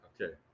Okay